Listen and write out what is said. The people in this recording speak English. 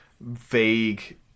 vague